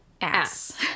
ass